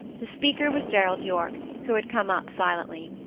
the speaker was gerald yorke, who had come up silently.